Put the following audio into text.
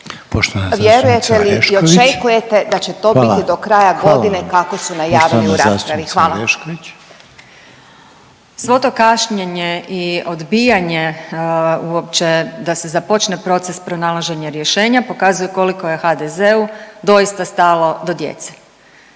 s imenom i prezimenom)** Svo to kašnjenje i odbijanje uopće da se započne proces pronalaženja rješenja pokazuje koliko je HDZ-u doista stalo do djece.